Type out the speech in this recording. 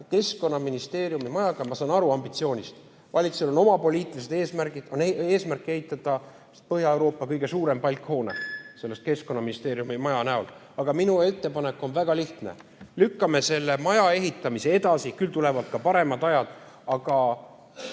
Keskkonnaministeeriumi majaga. Ma saan ambitsioonist aru. Valitsusel on oma poliitilised eesmärgid, on eesmärk ehitada Põhja-Euroopa kõige suurem palkhoone selle Keskkonnaministeeriumi maja näol, aga minu ettepanek on väga lihtne: lükkame selle maja ehitamise edasi. Küll tulevad ka paremad ajad, praegu